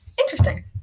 interesting